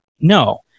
No